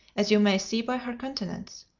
as you may see by her countenance.